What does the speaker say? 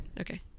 Okay